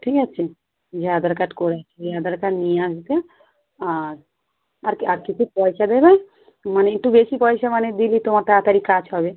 ঠিক আছে ওই আধার কার্ড করে ওই আধার কার্ড নিয়ে আসবে আর আর কি আর কিছু পয়সা দেবে মানে একটু বেশি পয়সা মানে দিলে তোমার তাড়াতাড়ি কাজ হবে